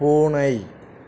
பூனை